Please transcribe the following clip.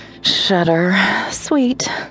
shudder-sweet